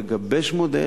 לגבש מודל,